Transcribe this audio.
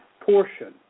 portion